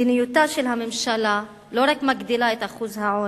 מדיניותה של הממשלה לא רק מגדילה את אחוז העוני,